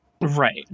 Right